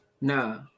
Nah